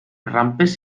rampes